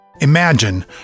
Imagine